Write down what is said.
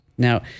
Now